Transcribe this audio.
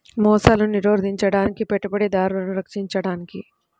మోసాలను నిరోధించడానికి, పెట్టుబడిదారులను రక్షించడానికి